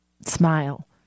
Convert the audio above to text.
Smile